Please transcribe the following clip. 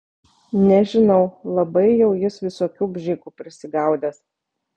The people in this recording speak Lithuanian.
nežinau labai jau jis visokių bžikų prisigaudęs